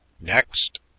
Next